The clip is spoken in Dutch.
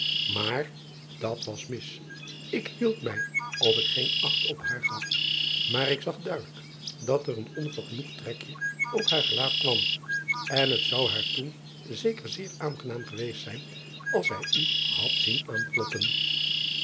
maar dat was mis k hield mij of ik geen acht op haar gaf maar ik driaan oosjes zn et leven van aurits ijnslager zag duidelijk dat er een onvergenoegd trekje op het gelaat kwam en het zou haar toen zeker heel aangenaam geweest zijn als zij u had zien aankloppen